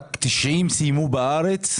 דיון רציני על איך אנחנו פותרים את הבעיה בתוך הארץ,